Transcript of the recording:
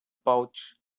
pouch